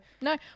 No